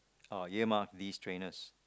ah earmark these trainers